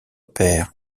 père